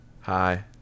Hi